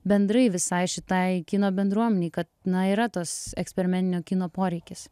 bendrai visai šitai kino bendruomenei kad na yra tas eksperimentinio kino poreikis